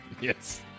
Yes